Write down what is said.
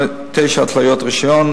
תשע התליות רשיון,